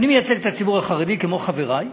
אני מייצג את הציבור החרדי, כמו חברי,